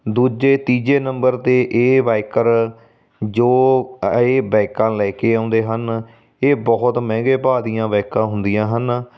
ਦੂਜੇ ਤੀਜੇ ਨੰਬਰ 'ਤੇ ਇਹ ਬਾਇਕਰ ਜੋ ਅ ਇਹ ਬਾਇਕਾਂ ਲੈ ਕੇ ਆਉਂਦੇ ਹਨ ਇਹ ਬਹੁਤ ਮਹਿੰਗੇ ਭਾਅ ਦੀਆਂ ਬਾਇਕਾਂ ਹੁੰਦੀਆਂ ਹਨ